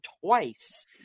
twice